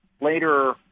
later